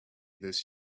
this